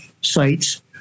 sites